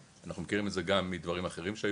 אנחנו מכירים את זה גם מדברים אחרים שהיו